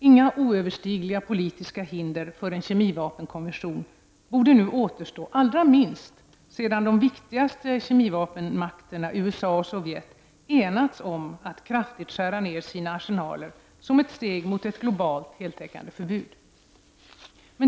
Inga oöverstigliga politiska hinder för en kemivapenkonvention borde nu återstå, allra minst sedan de viktigaste kemivapenmakterna USA och Sovjet enats om att kraftigt skära ner sina arsenaler som ett steg mot ett globalt, heltäckande förbud.